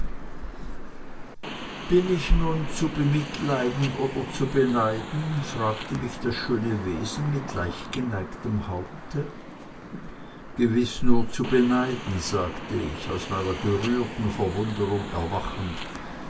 bin ich nun mehr zu bemitleiden oder zu beneiden fragte mich das schöne wesen mit leicht geneigtem haupte gewiß nur zu beneiden sagte ich aus meiner gerührten verwunderung erwachend